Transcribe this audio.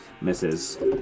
misses